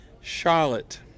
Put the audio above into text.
Charlotte